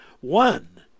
one